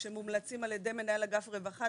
שמומלצים על-ידי אגף רווחה,